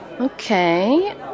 Okay